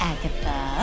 Agatha